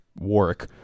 Warwick